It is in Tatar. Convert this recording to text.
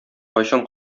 кайчан